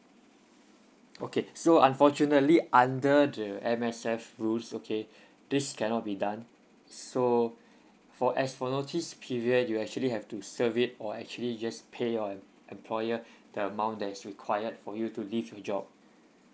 okay so unfortunately under the M_S_F rules okay this cannot be done so for as for notice period you actually have to serve it or actually you just pay your employer the amount that is required for you to leave your job